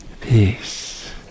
Peace